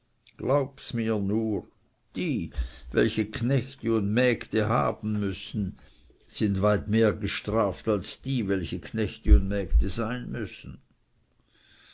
glaubs mir nur die welche knechte und mägde haben müssen sind weit mehr gestraft als die welche knechte und mägde sein müssen